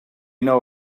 know